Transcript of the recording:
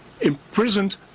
imprisoned